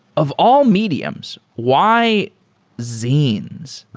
of all mediums, why zines?